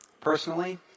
personally